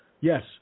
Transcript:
Yes